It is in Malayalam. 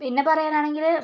പിന്നെ പറയാനാണെങ്കിൽ